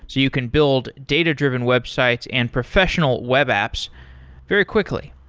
you can build data-driven websites and professional web apps very quickly.